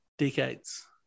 Decades